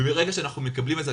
ומרגע שאנחנו מקבלים את זה,